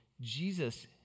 Jesus